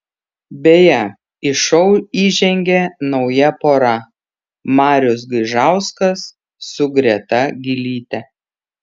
beje į šou įžengė nauja pora marius gaižauskas su greta gylyte